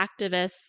activists